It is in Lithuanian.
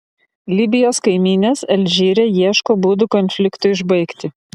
libijos kaimynės alžyre ieško būdų konfliktui užbaigti